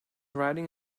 riding